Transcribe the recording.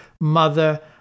Mother